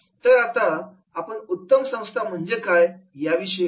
तर आता आपण उत्तम संस्था म्हणजे काय याविषयी बोलू